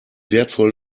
wertvoll